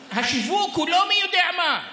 והשיווק הוא לא מי יודע מה.